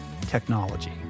technology